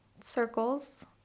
circles